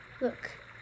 Look